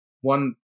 one